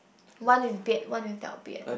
one with beard one without beard